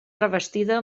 revestida